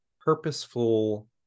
purposeful